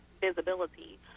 visibility